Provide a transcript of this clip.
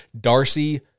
Darcy